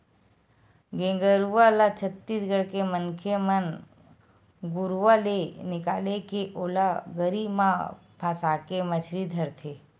गेंगरूआ ल छत्तीसगढ़ के मनखे मन घुरुवा ले निकाले के ओला गरी म फंसाके मछरी धरथे